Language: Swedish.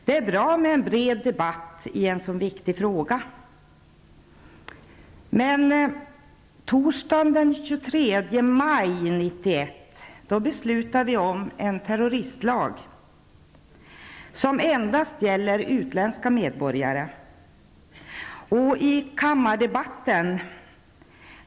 Det är bra med en bred debatt i en så viktig fråga. Torsdagen den 23 maj 1991 fattade riksdagen beslut om en terroristlag, som endast gäller utländska medborgare.